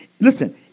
Listen